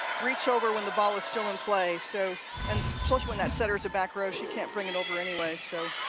reach over when the ball is still in play. so and sort of when that setter is a back row, she can't bring it over, anyway. so